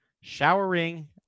showering